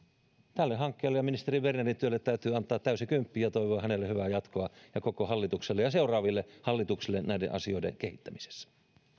tälle hankkeelle ja ministeri bernerin työlle täytyy antaa täysi kymppi ja toivoa hyvää jatkoa hänelle ja koko hallitukselle ja seuraaville hallituksille näiden asioiden kehittämisessä